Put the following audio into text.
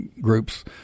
groups